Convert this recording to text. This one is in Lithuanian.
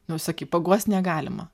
nu sakei paguost negalima